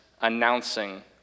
announcing